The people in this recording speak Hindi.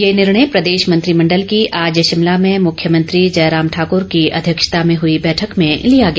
ये निर्णय प्रदेश मंत्रिमंडल की आज शिमला में मुख्यमंत्री जयराम ठाकूर की अध्यक्षता में हुई बैठक में लिया गया